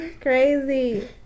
Crazy